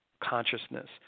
consciousness